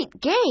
game